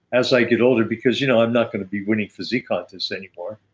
as i get older because you know i'm not going to be winning physique contest anymore,